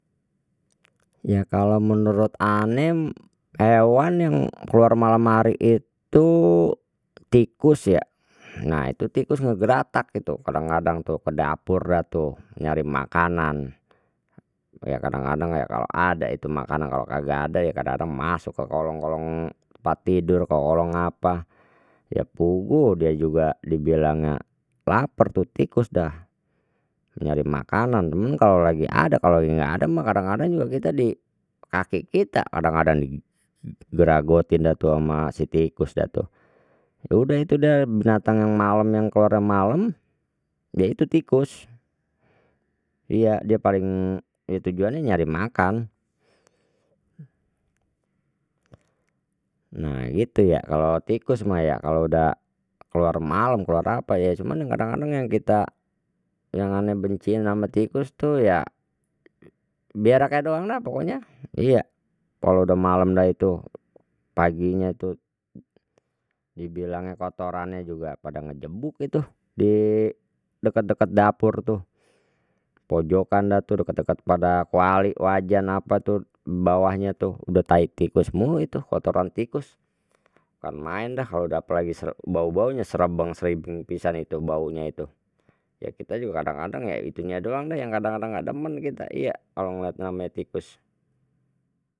Ya kalau menurut ane hewan yang keluar malam hari itu tikus ya, nah itu tikus ngegratak itu, kadang kadang tuh ke dapurnya dah tuh nyari makanan, ya kadang kadang ya kalau ada itu makanan kalau kagak ada ya kadang ada masuk ke kolong kolong tempat tidur ke kolong apa ya puguh dia juga dibilangnya lapar tuh tikus dah nyari makanan cuman kalau lagi ada kalau enggak ada mah, kadang kadang juga kita di kaki kita, kadang kadang di geragotin dah tu ama sitikus dah tu ya udah itu dah binatang yang malam yang keluarnya malam dia itu tikus, iya dia paling tujuannya nyari makan, nah gitu ya kalau tikus mah ya kalau udah keluar malam keluar apa ya cuman kadang kadang yang kita yang ane benci nama tikus tuh ya beraknya doang dah pokoknya iya kalau malam dah itu paginya tu dibilangnya kotorannya juga pada ngejebuk itu, di deket deket dapur tuh, pojokkan dah tu deket deket pada kuali wajan apa tuh bawahnya tuh udah tai tikus mulu itu kotoran tikus kan main dah kalau udah apalagi seru bau baunya seram bang pisan itu baunya itu ya kita juga kadang kadang ya itunya doang deh yang kadang kadang enggak demen kita, iya kalau ngeliat nama tikus.